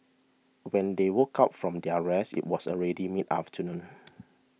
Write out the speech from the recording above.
when they woke up from their rest it was already mid afternoon